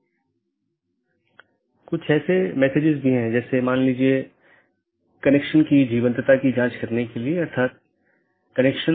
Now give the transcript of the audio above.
अगर हम पिछले व्याख्यान या उससे पिछले व्याख्यान में देखें तो हमने चर्चा की थी